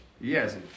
yes